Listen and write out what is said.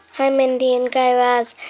hi, mindy and guy raz.